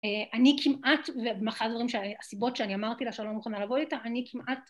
‫אני כמעט, ואחד הדברים... ‫הסיבות שאני אמרתי לה ‫שאני לא מוכנה לבוא איתה, ‫אני כמעט...